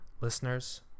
listeners